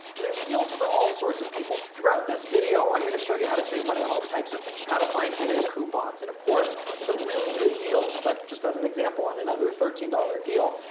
and there's deals for all sorts of people. throughout this video, i'm gonna show you how to save money on all types of things, how to find hidden coupons, and of course, some really good deals but just as an example on another thirteen dollars deal,